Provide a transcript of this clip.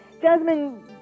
Jasmine